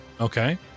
okay